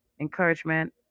encouragement